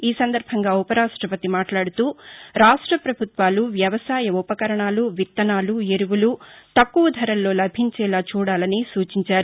ఈ సందర్భంగా ఉపరాష్టపతి మాట్లాడుతూ రాష్ట పభుత్వాలు వ్యవసాయ ఉపకరణాలు విత్తనాలు ఎరువులు తక్కువ ధరల్లో లభించేలా చూడాలని సూచించారు